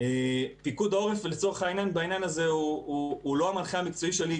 פיקוד העורף בעניין הזה הוא לא המנחה המקצועי שלי,